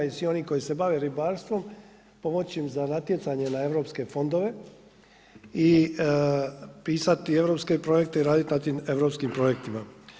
I svi oni koji se bave ribarstvom pomoći im za natjecanje na europske fondove i pisati europske projekte i radit na tim europskim projektima.